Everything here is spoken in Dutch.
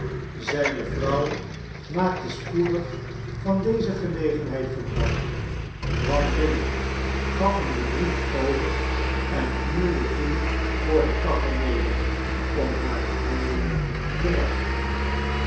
zijne vrouw maakte spoedig van deze gelegenheid gebruik kwam binnen gaf hem den brief over en knielde toen voor de kachel neder om hare handen te warmen